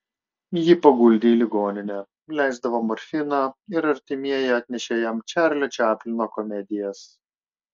jį paguldė į ligoninę leisdavo morfiną ir artimieji atnešė jam čarlio čaplino komedijas